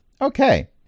Okay